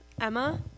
Emma